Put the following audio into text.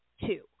two